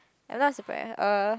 I not surprised uh